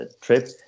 trip